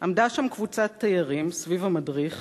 עמדה שם קבוצת תיירים סביב המדריך,